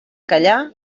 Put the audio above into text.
callar